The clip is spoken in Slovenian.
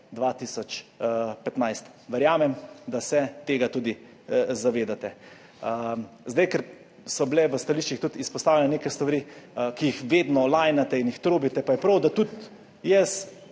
2015. Verjamem, da se tega tudi zavedate. Zdaj, ker so bile v stališčih tudi izpostavljene neke stvari, ki jih vedno lajnate in jih trobite, pa je prav, da tudi jaz